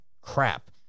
Crap